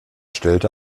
stellte